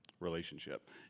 Relationship